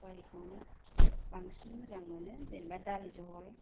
सबायखौनो बांसिन मोजां मोनो जेनेबा दालि जहल